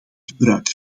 gebruik